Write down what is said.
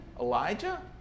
Elijah